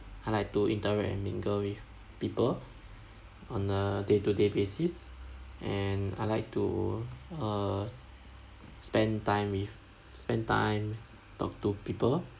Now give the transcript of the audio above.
I like to interact and mingle with people on a day to day basis and I like to uh spend time with spend time talk to people